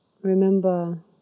Remember